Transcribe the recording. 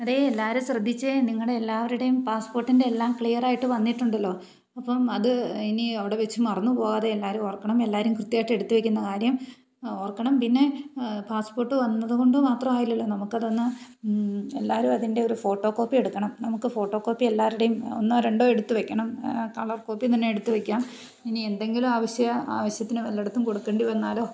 അതേ എല്ലാവരും ശ്രദ്ധിച്ചേ നിങ്ങളുടെ എല്ലാവരുടെേയും പാസ്പോർട്ടിൻ്റെ എല്ലാം ക്ലിയറായിട്ട് വന്നിട്ടുണ്ടല്ലോ അപ്പം അത് ഇനി അവിടെ വെച്ച് മറന്നുപോവാതെ എല്ലാവരും ഓർക്കണം എല്ലാവരും കൃത്യമായിട്ട് എടുത്തുവെക്കുന്ന കാര്യം ഓർക്കണം പിന്നെ പാസ്പോർട്ട് വന്നതുകൊണ്ട് മാത്രമായില്ലല്ലോ നമുക്കതൊന്ന് എല്ലാവരും അതിൻ്റെ ഒരു ഫോട്ടോ കോപ്പി എടുക്കണം നമുക്ക് ഫോട്ടോ കോപ്പി എല്ലാവരുടേയും ഒന്നോ രണ്ടോ എടുത്തു വെക്കണം കളർ കോപ്പി തന്നെ എടുത്തു വയ്ക്കാം ഇനി എന്തെങ്കിലും ആവശ്യം ആവശ്യത്തിന് വല്ലയിടത്തും കൊടുക്കേണ്ടി വന്നാലോ